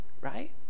right